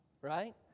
right